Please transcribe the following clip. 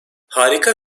harika